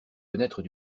fenêtres